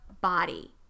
body